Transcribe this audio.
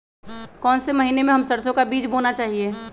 कौन से महीने में हम सरसो का बीज बोना चाहिए?